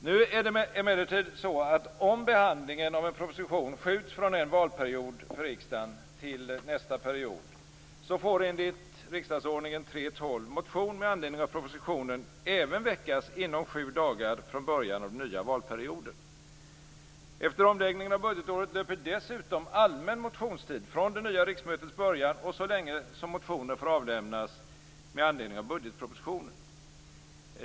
Nu är det emellertid så att om behandlingen av en proposition skjuts från en valperiod för riksdagen till nästa, får enligt riksdagsordningen 3:12 motion med anledning av propositionen även väckas inom sju dagar från början av den nya valperioden. Efter omläggningen av budgetåret löper dessutom allmän motionstid från det nya riksmötets början och så länge som motioner får avlämnas med anledning av budgetpropositionen.